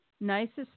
nicest